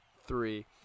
Three